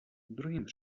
druhým